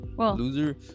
Loser